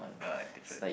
ah different